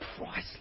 priceless